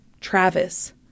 Travis